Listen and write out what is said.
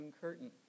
curtain